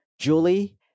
Julie